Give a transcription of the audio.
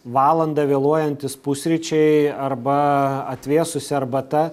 valandą vėluojantys pusryčiai arba atvėsusi arbata